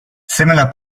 similar